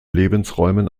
lebensräumen